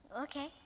Okay